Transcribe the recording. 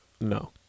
No